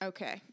Okay